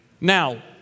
Now